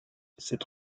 cette